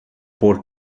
por